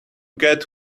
get